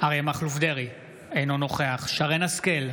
אריה מכלוף דרעי, אינו נוכח שרן מרים השכל,